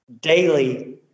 daily